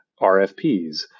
RFPs